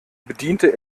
bediente